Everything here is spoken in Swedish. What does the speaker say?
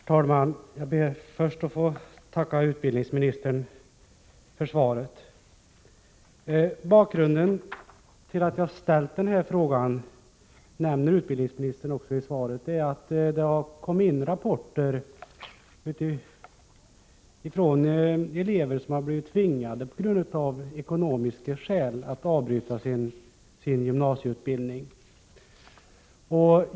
Herr talman! Jag ber först att få tacka utbildningsministern för svaret. Bakgrunden till att jag ställt frågan nämner utbildningsministern i sitt svar. Det har kommit in rapporter från elever som av ekonomiska skäl blivit tvingade att avbryta sin gymnasieutbildning.